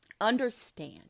understand